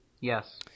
Yes